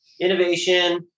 innovation